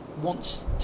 wants